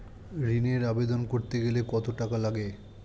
ঋণের আবেদন করতে গেলে কত টাকা লাগে?